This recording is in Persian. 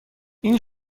این